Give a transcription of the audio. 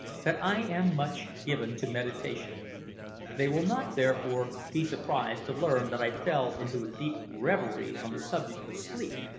that i am much given to meditation they will not, therefore, be surprised to learn that i fell into a deep reverie on the subject of sleep,